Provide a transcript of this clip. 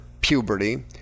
puberty